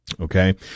Okay